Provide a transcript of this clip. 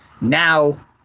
now